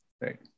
right